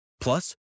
Plus